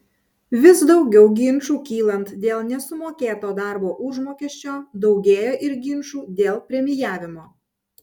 vis daugiau ginčų kylant dėl nesumokėto darbo užmokesčio daugėja ir ginčų dėl premijavimo